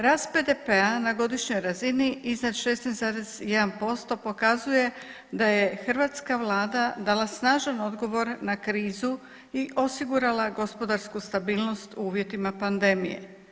Rast BDP-a na godišnjoj razini iznad 16,1% pokazuje da je hrvatska Vlada dala snažan odgovor na krizu i osigurala gospodarsku stabilnost u uvjetima pandemije.